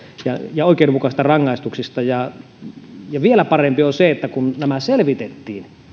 ja oikeudenmukaisista rangaistuksista vielä parempi on se että kun nämä selvitettiin